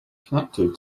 connected